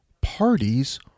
Parties